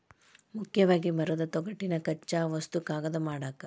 ಮುಖ್ಯವಾಗಿ ಮರದ ತೊಗಟಿನ ಕಚ್ಚಾ ವಸ್ತು ಕಾಗದಾ ಮಾಡಾಕ